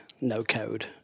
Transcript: no-code